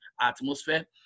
atmosphere